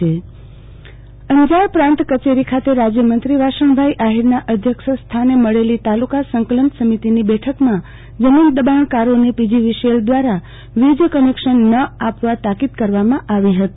આરતી ભટ અંજાર સંકલન સમિતિ બેઠક અંજારપ્રાત કચેરી ખાત રાજયમંત્રી વાસણભાઈ આહીર અધ્યક્ષ સ્થાન મળેલી તાલુકા સંકલન સમિતિની બેઠકમાં જમીન દબાણકારોન પીજીવીસીએલ દવારા વીજ કનેકશન ન આપવા તાકીદ કરવા માં આવી હતી